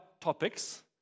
topics